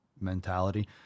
mentality